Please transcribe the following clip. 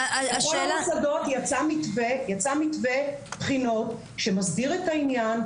בכל המוסדות יצא מתווה בחינות שמסדיר את העניין,